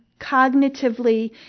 cognitively